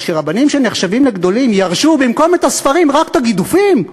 אבל כשרבנים שנחשבים לגדולים ירשו במקום את הספרים רק את הגידופים,